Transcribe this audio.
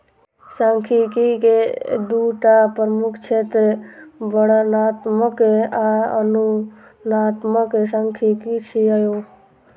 सांख्यिकी के दूटा प्रमुख क्षेत्र वर्णनात्मक आ अनुमानात्मक सांख्यिकी छियै